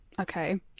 Okay